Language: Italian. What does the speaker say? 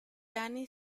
anni